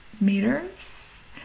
meters